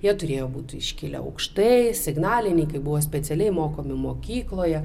jie turėjo būti iškilę aukštai signalininkai buvo specialiai mokomi mokykloje